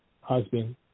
husband